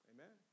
Amen